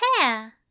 hair